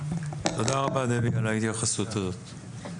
תודה רבה דבי על ההתייחסות הזאת.